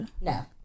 No